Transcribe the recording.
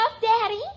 Daddy